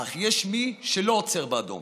אך יש מי שלא עוצר באדום